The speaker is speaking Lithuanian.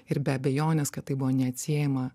ir be abejonės kad tai buvo neatsiejama